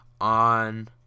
on